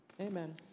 Amen